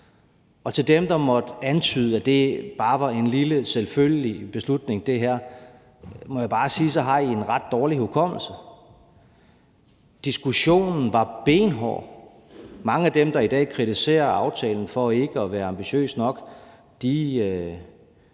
Og til dem, der måtte antyde, at det her bare var en lille selvfølgelig beslutning, må jeg bare sige, at så har I en ret dårlig hukommelse. Diskussionen var benhård. Mange af dem, der i dag kritiserer aftalen for ikke at være ambitiøs nok, var